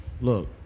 Look